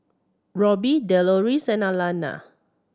Robbie Deloris and Alana